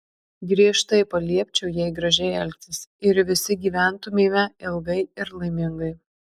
griežtai paliepčiau jai gražiai elgtis ir visi gyventumėme ilgai ir laimingai